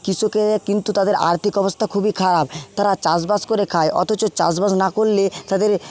কৃষকের তারা চাষবাস করে খায় অথচ চাষবাস না করলে তাদের